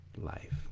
Life